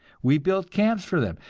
we built camps for them,